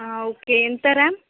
okay ఎంత RAM